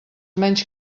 menys